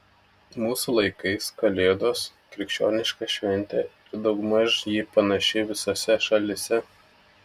mūsų laikais kalėdos krikščioniška šventė ir daugmaž ji panaši visose šalyse